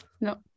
No